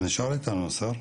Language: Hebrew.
אתה נשאר איתנו השר?